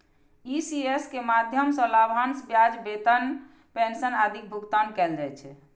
ECS के माध्यम सं लाभांश, ब्याज, वेतन, पेंशन आदिक भुगतान कैल जाइ छै